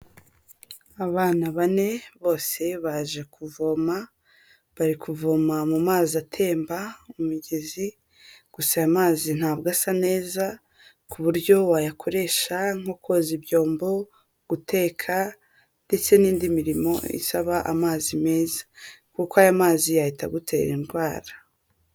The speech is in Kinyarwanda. Abana bane bose baje kuvoma, bari kuvoma mu mazi atemba ku migezi, gusa aya amazi ntabwo asa neza, ku buryo wayakoresha nko koza ibyombo, guteka ndetse n'indi mirimo isaba amazi meza, kuko aya mazi yahita agutera indwara.